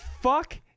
fuck